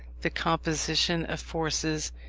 the composition of forces,